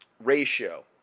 ratio